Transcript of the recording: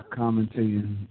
commentating